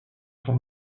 sont